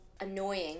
annoying